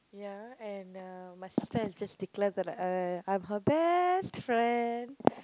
ya and uh my sister has just declared that uh I'm her best friend